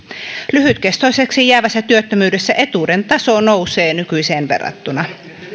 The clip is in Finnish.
lyhytkestoiseksi jäävässä työttömyydessä etuuden taso nousee nykyiseen verrattuna